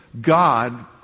God